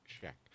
Check